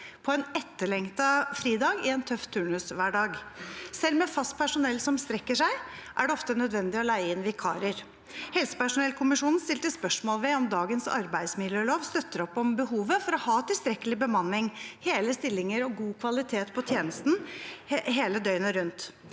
på en etterlengtet fridag i en tøff turnushverdag. Selv med fast personell som strekker seg, er det ofte nødvendig å leie inn vikarer. Helsepersonellkommisjonen stilte spørsmål ved om dagens arbeidsmiljølov støtter opp om behovet for å ha tilstrekkelig bemanning, hele stillinger og god kvalitet på tjenesten døgnet rundt.